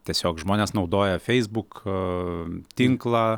tiesiog žmonės naudoja feisbuk tinklą